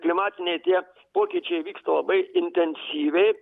klimatiniai tie pokyčiai vyksta labai intensyviai